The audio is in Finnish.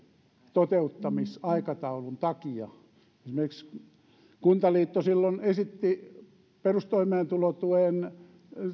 toteuttamisaikataulun takia esimerkiksi kuntaliitto esitti silloin perustoimeentulotukeen